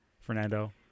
fernando